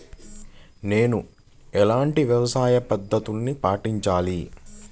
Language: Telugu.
నేను ఎలాంటి వ్యవసాయ పద్ధతిని పాటించాలి?